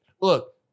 look